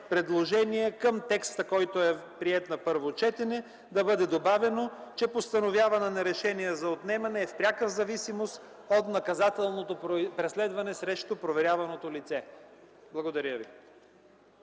предложение към приетия на първо четене текст да бъде добавено, че: „Постановяване на решението за отнемане е в пряка зависимост от наказателното преследване срещу проверяваното лице.” Благодаря Ви.